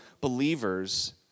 believers